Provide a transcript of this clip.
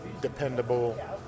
dependable